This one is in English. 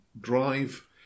drive